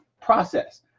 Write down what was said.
process